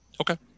Okay